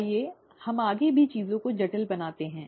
आइए हम आगे भी चीजों को जटिल बनाते हैं